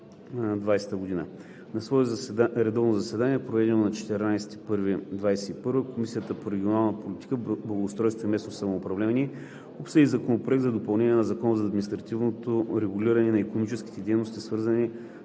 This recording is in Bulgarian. На свое редовно заседание, проведено на 14 януари 2021 г., Комисията по регионална политика, благоустройство и местно самоуправление обсъди Законопроект за допълнение на Закона за административното регулиране на икономическите дейности, свързани